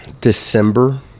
December